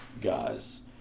guys